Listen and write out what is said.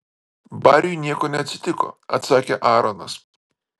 bariui nieko neatsitiko atsakė aaronas